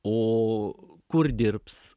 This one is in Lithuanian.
o kur dirbs